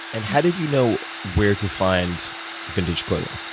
and how did you know where to find vintage clothing?